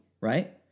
right